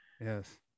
yes